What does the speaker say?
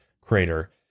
crater